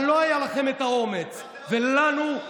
אבל לא היה לכם את האומץ, ולנו יש את האומץ.